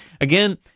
Again